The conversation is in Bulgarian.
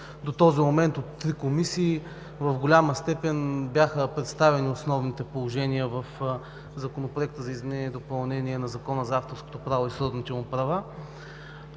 до този момент, в голяма степен бяха представени основните положения в Законопроекта за изменение и допълнение на Закона за авторското право и сродните му права.